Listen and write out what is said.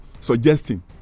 suggesting